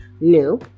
new